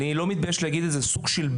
אני לא מתבייש להגיד את זה, כמו סוג ב'.